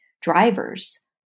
drivers